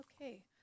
Okay